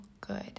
good